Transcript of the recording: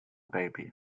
baby